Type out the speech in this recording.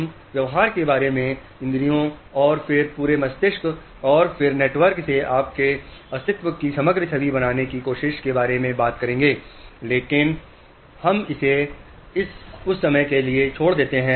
हम व्यवहार के बारे में इंद्रियों और फिर पूरे मस्तिष्क और फिर नेटवर्क से आपके अस्तित्व की समग्र छवि बनाने की कोशिश के बारे में बात कर रहे हैं लेकिन हम इसे उस समय के लिए छोड़ देते हैं